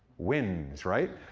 wins, right?